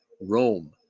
Rome